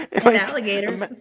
alligators